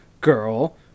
girl